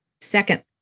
Second